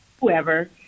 Whoever